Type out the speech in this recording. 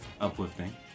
uplifting